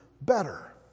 better